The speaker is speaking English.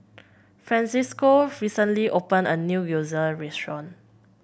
Francesco recently opened a new Gyoza Restaurant